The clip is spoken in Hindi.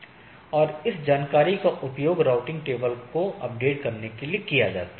और इस जानकारी का उपयोग राउटिंग टेबल को अपडेट करने के लिए किया जाता है